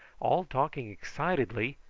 all talking excitedly,